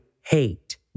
hate